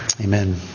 Amen